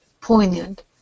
poignant